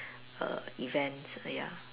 err event ya